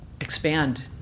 expand